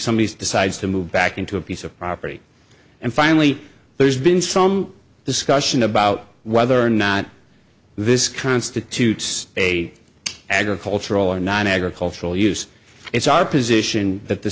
somebody decides to move back into a piece of property and finally there's been some discussion about whether or not this constitutes a agricultural or not agricultural use it's our position that the